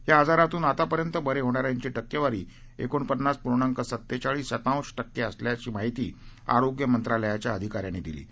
या आजारातून आतापर्यंत बरे होणाऱ्यांची केवारी एकोणपन्नास पूर्णांक सत्तेचाळीस शतांश केे असल्याची माहिती आरोग्य मंत्रालयाच्या अधिकाऱ्यांनी दिली आहे